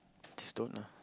just don't lah